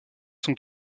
sont